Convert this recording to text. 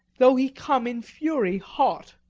though he come in fury hot.